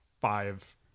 five